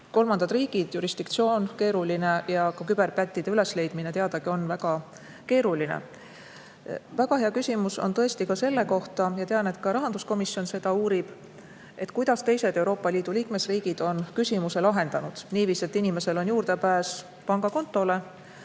kolmandad riigid, jurisdiktsioon on keeruline ja ka küberpättide ülesleidmine, teadagi, on väga keeruline. Väga hea küsimus on tõesti see – ma tean, et ka rahanduskomisjon seda uurib –, kuidas teised Euroopa Liidu liikmesriigid on küsimuse lahendanud, et inimesel oleks juurdepääs pangakontole,